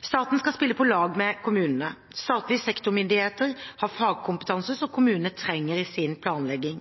Staten skal spille på lag med kommunene. Statlige sektormyndigheter har fagkompetanse som kommunene trenger i sin planlegging.